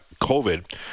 covid